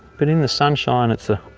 but in the sunshine it's ah